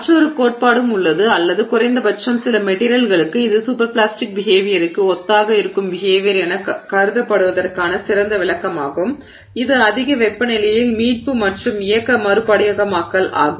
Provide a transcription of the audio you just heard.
மற்றொரு கோட்பாடும் உள்ளது அல்லது குறைந்தபட்சம் சில மெட்டிரியல்களுக்கு இது சூப்பர் பிளாஸ்டிக் பிஹேவியருக்கு ஒத்ததாக இருக்கும் பிஹேவியர் எனக் கருதப்படுவதற்கான சிறந்த விளக்கமாகும் இது அதிக வெப்பநிலையில் மீட்பு மற்றும் இயக்க மறுபடிகமாக்கல் ஆகும்